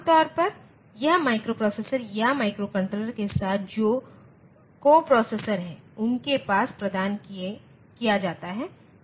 आम तौर पर यह माइक्रोप्रोसेसर या माइक्रोकंट्रोलर के साथ जो को प्रोसेसर है उनके द्वारा प्रदान किया जाता है